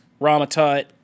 Ramatut